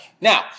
Now